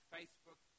Facebook